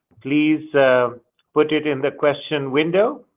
please put it in the question window,